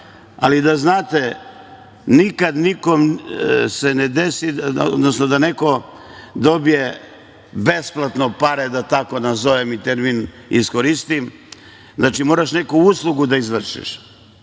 ali da znate nikom nikada se ne desi, odnosno da neko dobije besplatno pare, da tako nazovem i termin iskoristim. Znači, moraš neku uslugu da izvršiš,